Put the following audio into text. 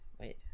Wait